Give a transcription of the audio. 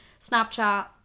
Snapchat